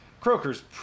Croker's